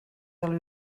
del